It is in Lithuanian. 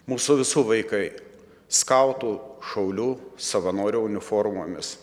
mūsų visų vaikai skautų šaulių savanorių uniformomis